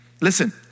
Listen